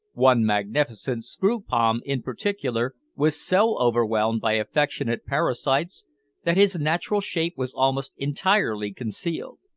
one magnificent screw-palm in particular was so overwhelmed by affectionate parasites that his natural shape was almost entirely concealed.